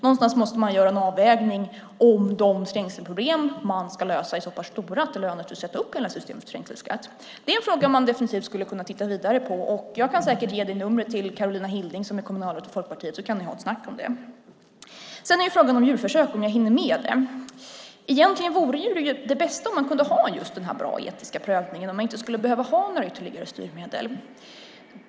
Någonstans måste man göra en avvägning mellan om de trängselproblem som man ska lösa är så pass stora att det lönar sig att sätta upp system för trängselskatt. Det är en fråga som man definitivt skulle kunna titta vidare på. Jag kan säkert ge Gunnar Andrén numret till Karolina Hilding som är kommunalråd för Folkpartiet så kan ni ha ett snack om det. Jag ska försöka hinna med frågan om djurförsök. Egentligen vore det bästa om man kunde ha en bra och etisk prövning och att man inte skulle behöva några ytterligare styrmedel.